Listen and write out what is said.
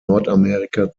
nordamerika